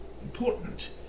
important